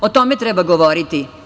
O tome treba govoriti.